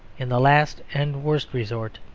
in the last and worst resort,